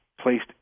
placed